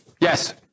Yes